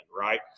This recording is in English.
right